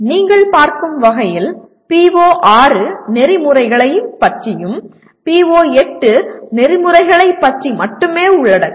நீங்கள் பார்க்கும் வகையில் PO6 நெறிமுறைகளைப் பற்றியும் PO8 நெறிமுறைகளைப் பற்றி மட்டுமே உள்ளடக்கும்